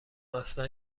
اصلا